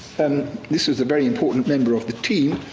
and this was a very important member of the team.